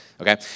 Okay